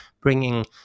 bringing